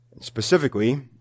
Specifically